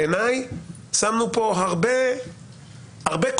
בעיניי שמנו כאן הרבה קושי.